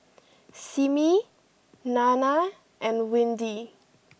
Simmie Nanna and Windy